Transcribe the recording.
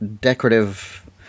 decorative